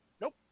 Nope